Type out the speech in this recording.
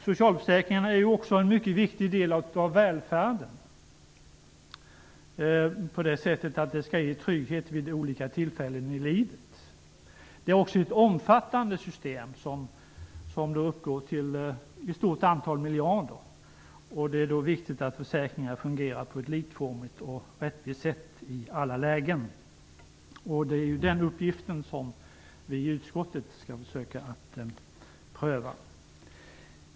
Socialförsäkringarna är en mycket viktig del av välfärden på det sättet att de skall ge trygghet vid olika tillfällen i livet. Det är också ett omfattande system som uppgår till ett stort antal miljarder. Det är viktigt att försäkringarna fungerar på ett likformigt och rättvist sätt i alla lägen. Det är den uppgiften vi i utskottet skall försöka lösa.